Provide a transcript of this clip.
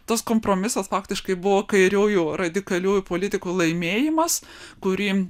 tas kompromisas faktiškai buvo kairiųjų radikaliųjų politikų laimėjimas kurį